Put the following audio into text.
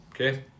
okay